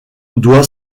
doit